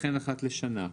וכן אחת לשנה".